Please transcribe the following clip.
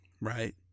right